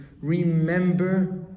Remember